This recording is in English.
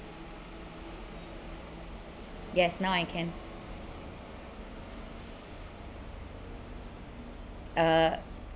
yes now I can uh